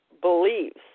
believes